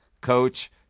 coach